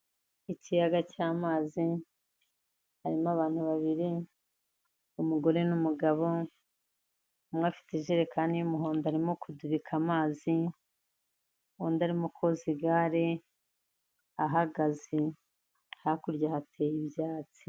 Ikiyaga cy'amazi harimo abantu babiri umugore n'umugabo, umwe afite ijerekani y'umuhondo arimo kudubika amazi, undi arimo koza igare ahagaze, hakurya hateye ibyatsi.